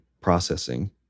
processing